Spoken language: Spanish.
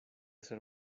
ser